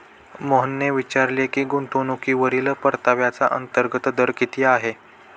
मोहनने विचारले की गुंतवणूकीवरील परताव्याचा अंतर्गत दर किती आहे?